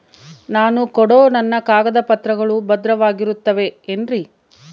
ನಾನು ಕೊಡೋ ನನ್ನ ಕಾಗದ ಪತ್ರಗಳು ಭದ್ರವಾಗಿರುತ್ತವೆ ಏನ್ರಿ?